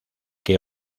que